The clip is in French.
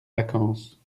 vacances